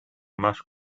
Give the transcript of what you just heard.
más